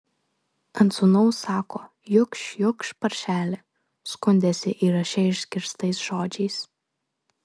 ant sūnaus sako jukš jukš paršeli skundėsi įraše išgirstais žodžiais